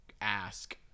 ask